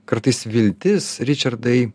kartais viltis ričardai